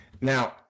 now